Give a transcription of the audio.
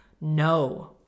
No